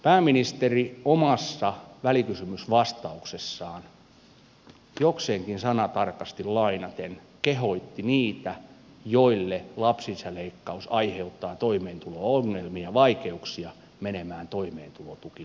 pääministeri omassa välikysymysvastauksessaan jokseenkin sanatarkasti lainaten kehotti niitä joille lapsilisäleikkaus aiheuttaa toimeentulo ongelmia ja vaikeuksia menemään toimeentulotukiluukulle